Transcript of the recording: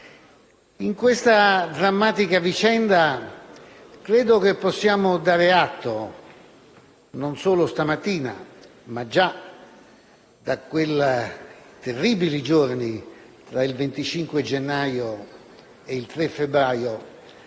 In questa drammatica vicenda credo che possiamo dare atto non solo stamattina, ma già da quei terribili giorni tra il 25 gennaio e il 3 febbraio